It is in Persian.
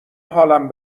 حالم